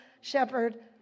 shepherd